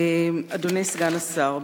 אדוני סגן השר,